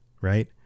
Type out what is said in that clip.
right